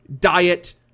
diet